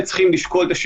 בואו נשמע את רז.